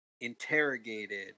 interrogated